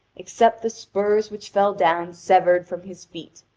except the spurs which fell down severed from his feet.